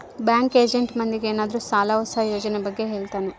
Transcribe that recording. bank agent ಮಂದಿಗೆ ಏನಾದ್ರೂ ಸಾಲ ಹೊಸ ಯೋಜನೆ ಬಗ್ಗೆ ಹೇಳ್ತಾನೆ